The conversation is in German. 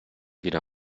wieder